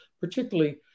particularly